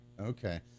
Okay